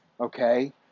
Okay